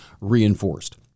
reinforced